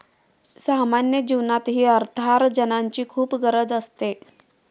सामान्य जीवनातही अर्थार्जनाची खूप गरज असते